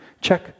check